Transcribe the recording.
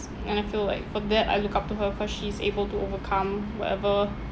and I feel like for that I look up to her cause she is able to overcome whatever